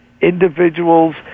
individuals